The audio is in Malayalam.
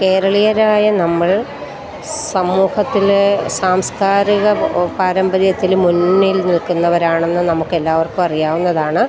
കേരളീയരായ നമ്മൾ സമൂഹത്തിൽ സാംസ്കാരിക പാരമ്പര്യത്തിൽ മുന്നിൽ നിൽക്കുന്നവരാണെന്ന് നമുക്കെല്ലാവർക്കും അറിയാവുന്നതാണ്